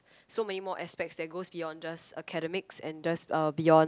so many more aspects that goes beyond just academics and just uh beyond